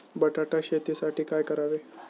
बटाटा शेतीसाठी काय करावे?